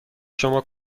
شما